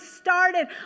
started